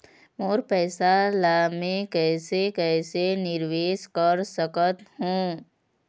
मोर पैसा ला मैं कैसे कैसे निवेश कर सकत हो?